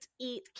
eat